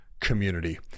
community